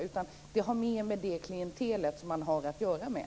Det handlar mer om det klientel som man har att göra med.